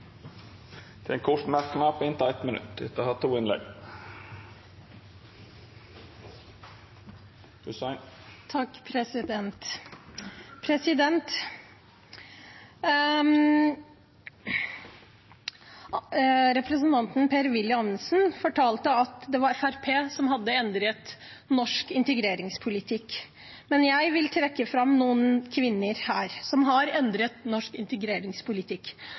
til ein kort merknad, avgrensa til 1 minutt. Representanten Per-Willy Amundsen fortalte at det var Fremskrittspartiet som hadde endret norsk integreringspolitikk, men jeg vil trekke fram noen kvinner som har endret norsk integreringspolitikk.